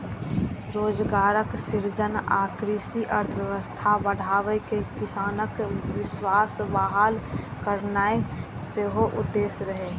रोजगार सृजन आ कृषि अर्थव्यवस्था बढ़ाके किसानक विश्वास बहाल करनाय सेहो उद्देश्य रहै